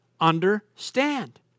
understand